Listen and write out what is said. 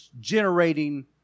generating